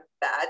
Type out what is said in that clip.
bad